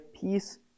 peace